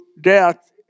death